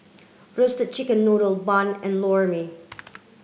roasted chicken noodle bun and Lor Mee